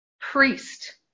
priest